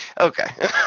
Okay